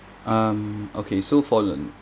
um okay so for the